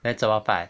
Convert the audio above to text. then 怎么办